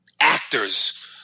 Actors